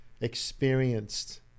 experienced